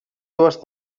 dues